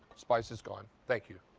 spice is gone. thank you.